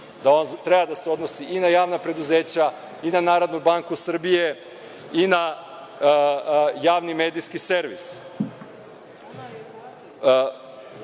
da on treba da se odnosi i na javna preduzeća i na Narodnu banku Srbije i na javni medijski servis. Tražimo da